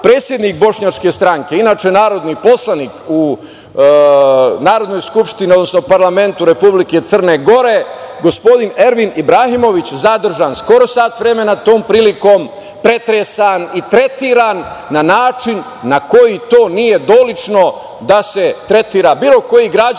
predsednik Bošnjačke stranke, inače narodni poslanik u Narodnoj skupštini, odnosno parlamentu Republike Crne Gore, gospodin Ervin Ibrahimović zadržan skoro sat vremena, tom prilikom pretresan i tretiran na način na koji to nije dolično da se tretira bilo koji građanin,